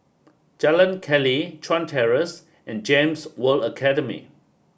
Jalan Keli Chuan Terrace and GEMS World Academy